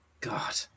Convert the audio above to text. God